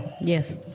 Yes